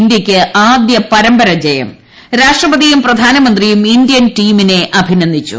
ഇന്ത്യയ്ക്ക് ആദ്യപരമ്പര ജയം രാഷ്ട്രപതിയും പ്രധാനമന്ത്രിയും ഇന്ത്യൻ ടീമിനെ അഭിനന്ദിച്ചു